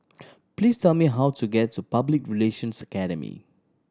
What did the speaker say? please tell me how to get to Public Relations Academy